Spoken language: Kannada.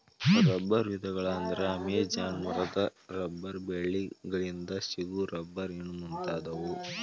ರಬ್ಬರ ವಿಧಗಳ ಅಂದ್ರ ಅಮೇಜಾನ ಮರದ ರಬ್ಬರ ಬಳ್ಳಿ ಗಳಿಂದ ಸಿಗು ರಬ್ಬರ್ ಇನ್ನು ಮುಂತಾದವು